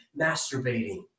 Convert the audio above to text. masturbating